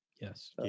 Yes